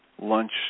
lunch